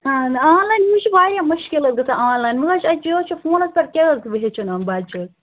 اہن آنلاین یہِ چھِ واریاہ مُشکِل حظ گَژھان آنلایِن وۄنۍ حظ چھِ فونَس پٮ۪ٹھ کیٛاہ حظ وۄنۍ ہیٚچھَن یِم بَچہٕ حظ